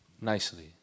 nicely